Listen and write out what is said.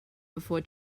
before